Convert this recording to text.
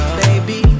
baby